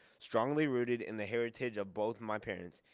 strongly rooted in the heritage of both my parents.